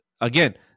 again